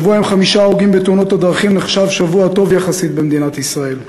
שבוע עם חמישה הרוגים בתאונות הדרכים נחשב שבוע טוב יחסית במדינת ישראל.